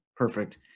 perfect